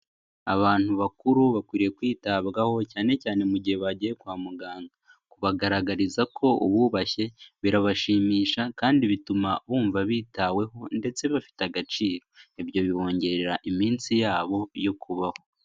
Abantu bakuru bakwiye kwitabwaho cyane cyane mu gihe bagiye kwa muganga, kubagaragariza ko ububashye birabashimisha kandi bituma bumva bitaweho ndetse bafite agaciro, ibyo bibongerera iminsi yabo yo kubaho.